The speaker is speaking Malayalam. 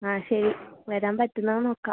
ആ ശരി വരാൻ പറ്റുമോ എന്ന് നോക്കാം